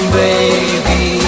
baby